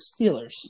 Steelers